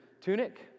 tunic